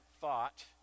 thought